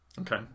Okay